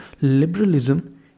liberalism